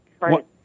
right